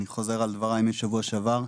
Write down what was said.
אני חוזר על דבריי משבוע שעבר,